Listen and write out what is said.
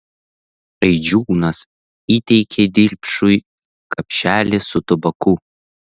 eidžiūnas įteikė dilpšui kapšelį su tabaku